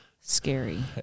scary